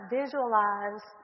visualize